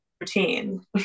routine